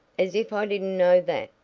as if i didn't know that,